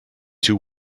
two